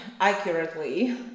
accurately